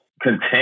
content